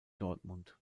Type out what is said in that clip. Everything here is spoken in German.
dortmund